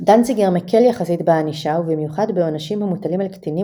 דנציגר מקל יחסית בענישה ובמיוחד בעונשים המוטלים על קטינים